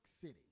City